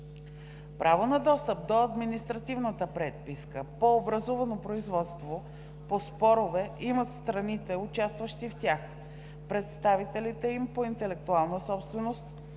Право на достъп до административната преписка по образувано производство по спорове имат страните, участващи в тях, представителите им по интелектуална собственост,